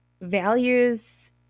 values